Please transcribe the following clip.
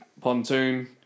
pontoon